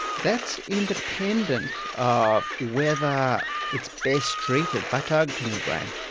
that's independent of whether it's best treated by targeting the brain,